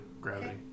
Gravity